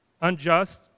unjust